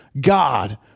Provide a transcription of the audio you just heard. God